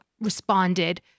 responded